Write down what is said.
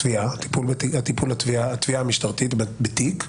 טיפול התביעה המשטרתית בתיק?